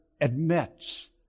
admits